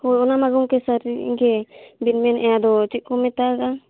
ᱦᱳᱭ ᱚᱱᱟ ᱢᱟ ᱜᱚᱢᱠᱮ ᱥᱟᱹᱨᱤ ᱜᱮ ᱵᱮᱱ ᱢᱮᱱᱮᱫᱼᱟ ᱟᱫᱚ ᱪᱮᱫ ᱠᱚ ᱢᱮᱛᱟᱜᱟᱜᱼᱟ